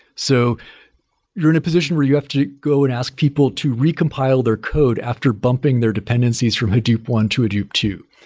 so you're in a position where you have to go and ask people to recompile their code after bumping their dependencies from hadoop one to hadoop two,